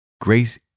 Grace